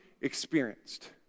experienced